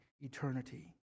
eternity